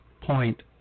point